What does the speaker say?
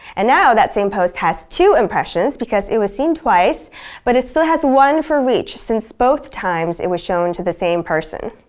and now, that same post has two impressions because it was seen twice but it still has one for reach, since both times it was shown to the same person.